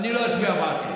אני לא אצביע בעדכם.